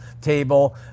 table